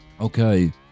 Okay